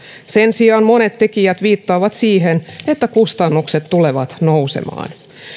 sen sijaan monet tekijät viittaavat siihen että kustannukset tulevat nousemaan